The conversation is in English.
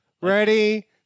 Ready